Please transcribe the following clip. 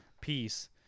Peace